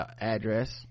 address